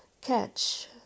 catch